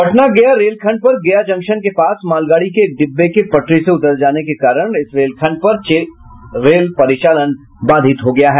पटना गया रेलखंड पर गया जंक्शन के पास मालगाड़ी के एक डिब्बे के पटरी से उतर जाने के कारण इस रेलखंड पर रेल परिचालन बाधित हो गया है